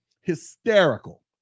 Hysterical